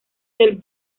del